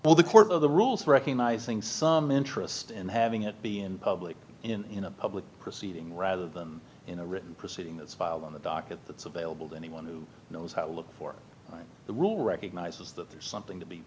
on the court of the rules recognizing some interest in having it be in public in a public proceeding rather than in a written proceeding that's filed on the docket that's available to anyone who knows how to look for the rule recognizes that there's something to be